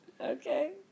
Okay